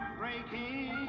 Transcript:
breaking